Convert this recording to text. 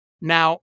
Now